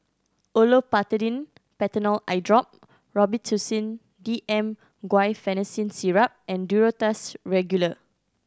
Olopatadine Patanol Eyedrop Robitussin D M Guaiphenesin Syrup and Duro Tuss Regular